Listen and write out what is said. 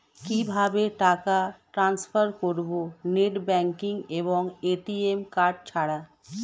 কিভাবে টাকা টান্সফার করব নেট ব্যাংকিং এবং এ.টি.এম কার্ড ছাড়া?